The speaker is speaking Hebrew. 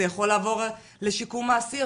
זה יכול לעבור לשיקום האסיר,